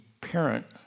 parent